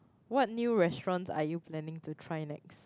what new restaurants are you planning to try next